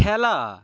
খেলা